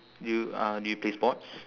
do you uh do you play sports